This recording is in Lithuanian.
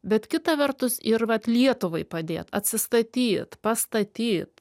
bet kita vertus ir vat lietuvai padėt atsistatyt pastatyt